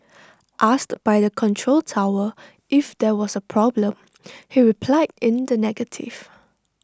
asked by the control tower if there was A problem he replied in the negative